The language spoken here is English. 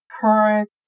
current